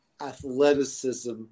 athleticism